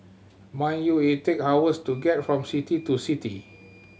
mind you it take hours to get from city to city